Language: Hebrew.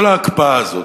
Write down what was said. כל ההקפאה הזאת,